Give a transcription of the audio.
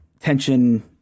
Tension